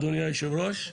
אדוני היושב-ראש.